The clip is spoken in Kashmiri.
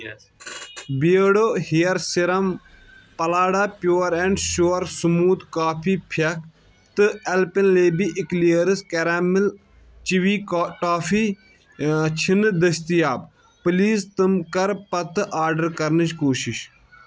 بیٖڑو ہِیٖر سِرَم پَلاڈا pure and sure smooth coffee پھیٚکھ تہٕ ایلپیلیبی أکلیرٕس تہٕ کیریمِل چِوی ٹافی چھِنہٕ دٔستیاب پلیٖز تِم کَر پَتہٕ آرڈر کَرنٕچ کوٗشِش